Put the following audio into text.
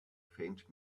faint